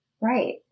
Right